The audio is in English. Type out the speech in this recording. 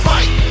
Fight